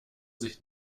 sich